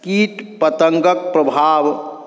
कीट पतङ्गक प्रभाव